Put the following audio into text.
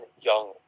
young